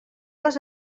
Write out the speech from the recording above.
les